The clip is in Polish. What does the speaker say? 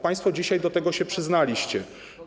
Państwo dzisiaj do tego się przyznaliście.